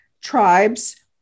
tribes